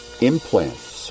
implants